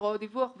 הוראות דיווח וכו'